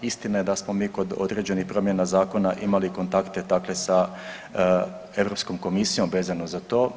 Istina je da smo mi kod određenih promjena zakona imali kontakte dakle sa Europskom komisijom vezano za to.